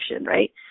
right